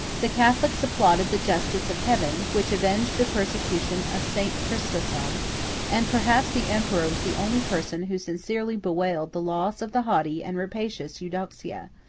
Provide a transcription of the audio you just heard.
the catholics applauded the justice of heaven, which avenged the persecution of st. chrysostom and perhaps the emperor was the only person who sincerely bewailed the loss of the haughty and rapacious eudoxia.